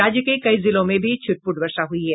राज्य के कई जिले में भी छिटपुट वर्षा हुई है